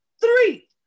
three